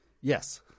yes